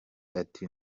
ati